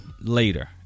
later